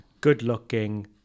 good-looking